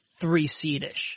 three-seed-ish